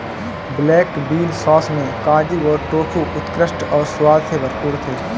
black bean sauce में काजू और टोफू उत्कृष्ट और स्वाद से भरपूर थे